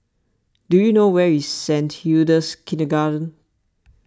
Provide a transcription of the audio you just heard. do you know where is Saint Hilda's Kindergarten